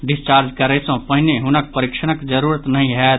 discharge करय सँ पहिने हुनक परीक्षणक जरूरत नहि होयत